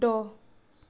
द